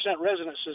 residences